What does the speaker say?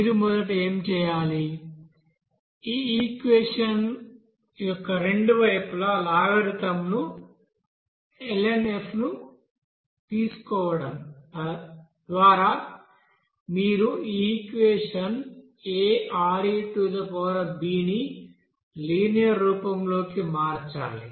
మీరు మొదట ఏమి చేయాలి ఈ ఈక్వెషన్ యొక్క రెండు వైపులా లాగరిథమ్ను lnf గా తీసుకోవడం ద్వారా మీరు ఈ ఈక్వెషన్ aReb ని లినియర్ రూపంలోకి మార్చాలి